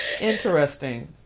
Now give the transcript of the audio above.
Interesting